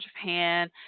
Japan